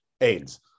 AIDS